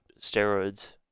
steroids